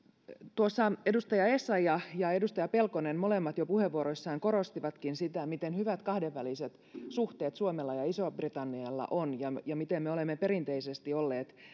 tuossa edustaja essayah ja ja edustaja pelkonen molemmat jo puheenvuoroissaan korostivatkin sitä miten hyvät kahdenväliset suhteet suomella ja isolla britannialla on ja ja miten me olemme perinteisesti olleet